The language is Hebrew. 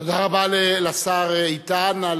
תודה רבה לשר איתן.